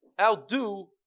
outdo